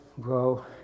grow